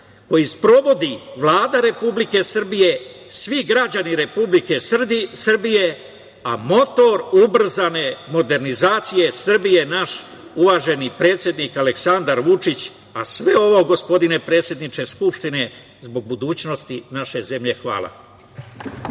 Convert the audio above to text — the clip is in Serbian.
koji sprovodi Vlada Republike Srbije, svi građani Republike Srbije, a motor ubrzane modernizacije Srbije je naš uvaženi predsednik Aleksandar Vučić, a sve ovo, gospodine predsedniče Skupštine, zbog budućnosti naše zemlje. Hvala.